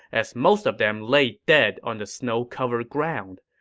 as most of them laid dead on the snow-covered ground.